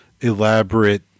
elaborate